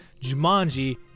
Jumanji